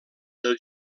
del